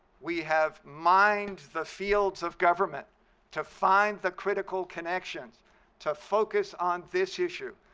we have mined the fields of government to find the critical connections to focus on this issue,